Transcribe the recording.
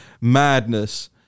madness